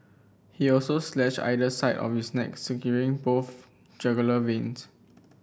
he also slashed either side of his neck both jugular